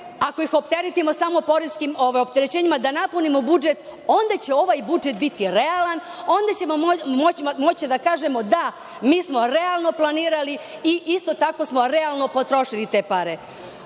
ako ih opteretimo samo poreskim opterećenjima da napunimo budžet, onda će ovaj budžet biti realan, onda ćemo moći da kažemo - da mi smo realno planirali i isto tako smo realno potrošili te pare.